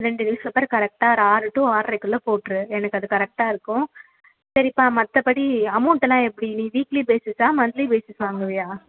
ரெண்டு news paper கரெக்டாக ஒரு ஆறு டூ ஆறரைக்குள் போட்டுரு எனக்கு அது கரெக்டாக இருக்கும் சரிப்பா மற்றபடி அமௌண்ட்டெல்லாம் எப்படி நீ வீக்லி பேசிஸ்ஸா மந்த்திலி பேசிஸ்ஸா வாங்குவீயா